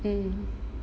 mm